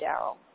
Daryl